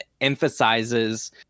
emphasizes